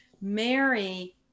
Mary